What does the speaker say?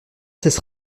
cesse